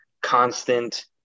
constant